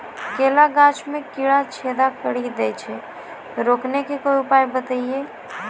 केला गाछ मे कीड़ा छेदा कड़ी दे छ रोकने के उपाय बताइए?